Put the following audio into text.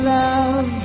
love